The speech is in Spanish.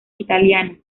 italiana